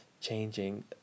changing